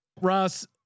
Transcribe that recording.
Ross